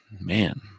man